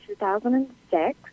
2006